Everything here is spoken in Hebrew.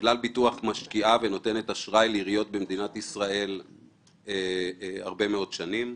כלל ביטוח משקיעה ונותנת אשראי לעיריות במדינת ישראל הרבה מאוד שנים.